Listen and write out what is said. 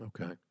Okay